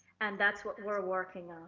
and that's what we're working